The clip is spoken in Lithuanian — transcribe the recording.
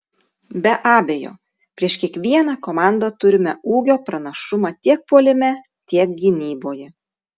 be abejo prieš kiekvieną komandą turime ūgio pranašumą tiek puolime tiek gynyboje